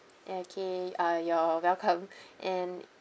okay uh you're welcome and